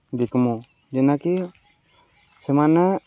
ବିକ୍ମୁ ଯେନ୍ଟାକି ସେମାନେ